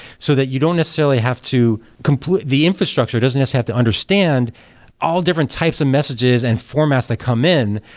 so that you don't necessarily have to complete the infrastructure doesn't necessarily have to understand all different types of messages and formats that come in.